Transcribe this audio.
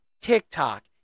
TikTok